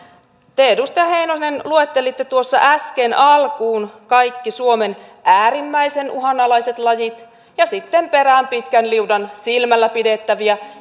te edustaja heinonen luettelitte tuossa äsken alkuun kaikki suomen äärimmäisen uhanalaiset lajit ja sitten perään pitkän liudan silmällä pidettäviä